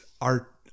art